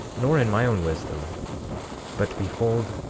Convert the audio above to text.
nor in my own wisdom but behold,